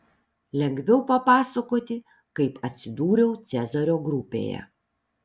lengviau papasakoti kaip atsidūriau cezario grupėje